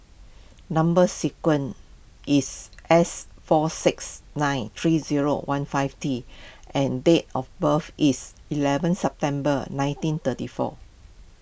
Number Sequence is S four six nine three zero one five T and date of birth is eleven September nineteen thirty four